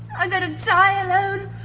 i'm going to die alone.